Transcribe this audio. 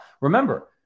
Remember